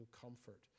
comfort